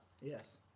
Yes